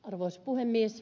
arvoisa puhemies